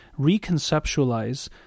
reconceptualize